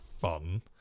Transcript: fun